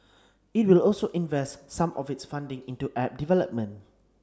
it will also invest some of its funding into app development